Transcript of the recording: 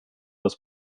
das